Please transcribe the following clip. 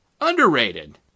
underrated